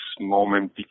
moment